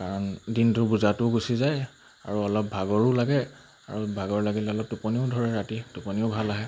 কাৰণ দিনটো বুজাটোও গুচি যায় আৰু অলপ ভাগৰো লাগে আৰু ভাগৰ লাগিলে অলপ টোপনিও ধৰে ৰাতি টোপনিও ভাল আহে